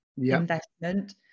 investment